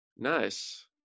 Nice